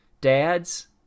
Dads